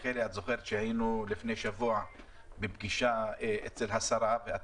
היינו לפני שבוע בפגישה אצל השרה רחלי,